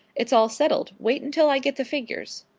it's all settled. wait until i get the figures.